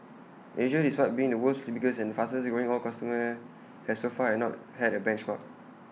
Asia despite being the world's biggest and fastest growing oil costumer has so far and not had A benchmark